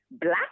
black